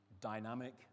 dynamic